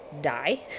die